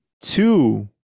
two